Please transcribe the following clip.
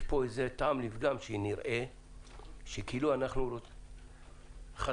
יש פה טעם לפגם שנראה כאילו אנו חסים